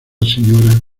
sra